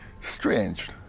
strange